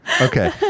okay